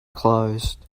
closed